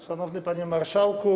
Szanowny Panie Marszałku!